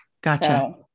Gotcha